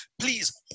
please